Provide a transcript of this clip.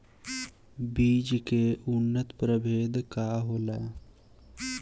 बीज के उन्नत प्रभेद का होला?